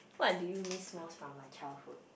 what do you miss most from my childhood